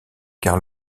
car